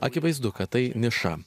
akivaizdu kad tai niša